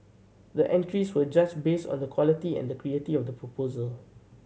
the entries were judged based on the quality and creativity of the proposal